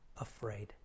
afraid